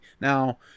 now